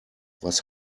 was